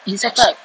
dia cakap